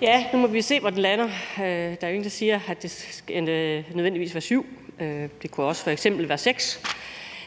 (V): Nu må vi jo se, hvor den lander. Der er jo ingen, der siger, at det nødvendigvis skal være 7, det kunne f.eks. også være 6.